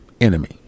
enemy